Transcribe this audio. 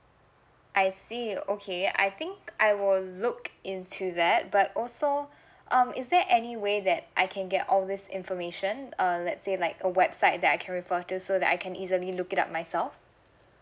I see okay I think I will look into that but also um is there any way that I can get all this information uh let's say like a website that I can refer to so that I can easily look it up myself